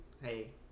hey